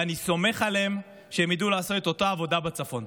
ואני סומך עליהם שהם ידעו לעשות את אותה עבודה בצפון.